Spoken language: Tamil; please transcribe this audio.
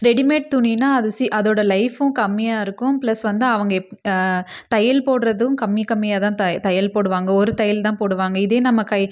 ரெடிமேட் துணின்னால் அது சி அதோட லைஃபும் கம்மியாக இருக்கும் பிளஸ் வந்து அவங்க எப் தையல் போடுறதும் கம்மி கம்மியாகதான் தை தையல் போடுவாங்க ஒரு தையல்தான் போடுவாங்க இதே நம்ம கை